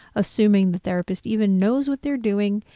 assuming the therapist even knows what they're doing,